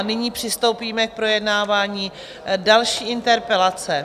Nyní přistoupíme k projednávání další interpelace.